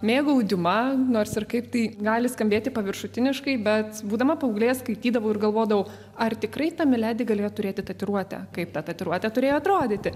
mėgau diuma nors ir kaip tai gali skambėti paviršutiniškai bet būdama paauglė skaitydavau ir galvodavau ar tikrai ta miledi galėjo turėti tatuiruotę kaip ta tatuiruotė turėjo atrodyti